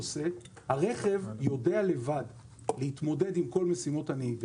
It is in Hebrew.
הרכב יודע לבד להתמודד עם כל משימות הנהיגה,